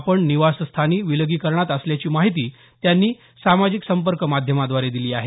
आपण निवासस्थानी विलगीकरणात असल्याची माहिती त्यांनी सामाजिक संपर्क माध्यमाद्वारे दिली आहे